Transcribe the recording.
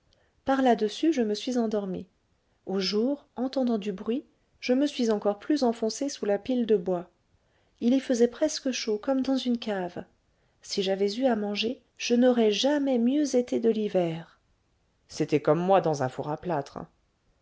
par là-dessus je me suis endormie au jour entendant du bruit je me suis encore plus enfoncée sous la pile de bois il y faisait presque chaud comme dans une cave si j'avais eu à manger je n'aurais jamais mieux été de l'hiver c'était comme moi dans un four à plâtre